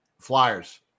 Flyers